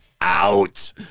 out